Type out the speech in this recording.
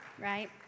right